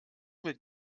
mit